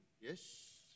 Yes